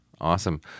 awesome